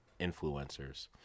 influencers